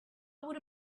would